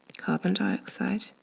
carbon dioxide,